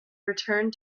returned